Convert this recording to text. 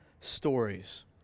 stories